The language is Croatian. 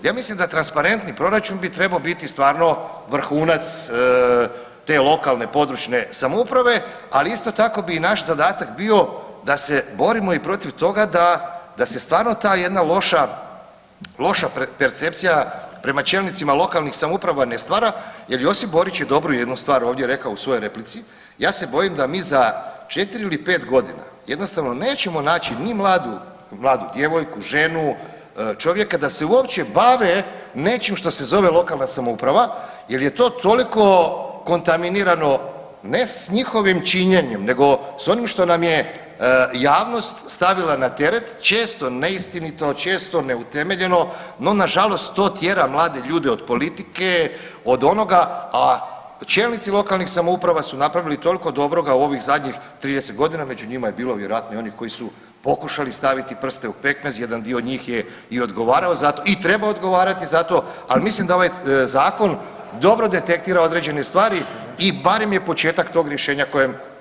Ja mislim da transparentni proračun bi trebao biti stvarno vrhunac te lokalne područne samouprave, ali isto tako bi i naš zadatak bio da se borimo i protiv toga da, da se stvarno ta jedna loša, loša percepcija prema čelnicima lokalnih samouprava ne stvara jer Josip Borić je dobro jednu stvar ovdje rekao u svojoj replici, ja se bojim da mi za 4 ili 5.g. jednostavno nećemo naći ni mladu, mladu djevojku, ženu, čovjeka da se uopće bave nečim što se zove lokalna samouprava jel je to toliko kontaminirano ne s njihovim činjenjem nego s onim što nam je javnost stavila na teret često neistinito, često neutemeljeno, no nažalost to tjera mlade ljude od politike, od onoga, a čelnici lokalnih samouprava su napravili toliko dobroga u ovih zadnjih 30.g., među njima je bilo vjerojatno i onih koji su pokušali staviti prste u pekmez, jedan dio njih je i odgovarao za to i treba odgovarati za to, al mislim da ovaj zakon dobro detektira određene stvari i barem je početak tog rješenja kojem, kojem stremimo.